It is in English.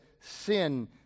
sin